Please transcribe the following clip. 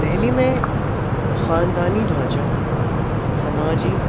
دہلی میں خاندانی ڈھانچہ سماجی